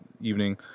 evening